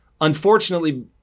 unfortunately